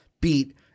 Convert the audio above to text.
beat